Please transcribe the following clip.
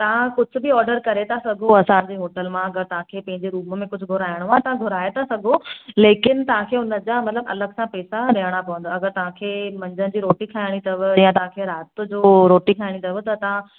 तव्हां कुझु बि ऑडर करे था सघो असांजे होटल मां अगरि तव्हांखे पंहिंजे रूम में कुझु घुराइणो आहे तव्हां घुराइ था सघो लेकिन तव्हांखे हुन जा मतिलब अलगि सां पेसा ॾियणा पवंदा त तव्हांखे मंझंदि जी रोटी खाइणी अथव या तव्हांखे राति जो रोटी खाइणी अथव त तव्हां